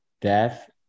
death